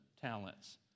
talents